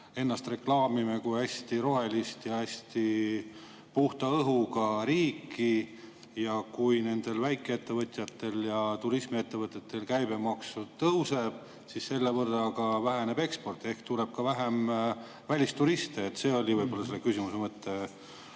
ennast reklaamime kui hästi rohelist ja hästi puhta õhuga riiki. Kui nendel väikeettevõtetel ja turismiettevõtetel käibemaks tõuseb, siis selle võrra väheneb eksport ehk tuleb vähem välisturiste. See oli võib-olla selle küsimuse mõte.